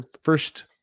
first